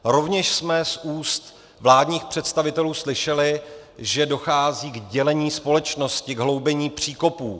Rovněž jsme z úst vládních představitelů slyšeli, že dochází k dělení společnosti, k hloubení příkopů.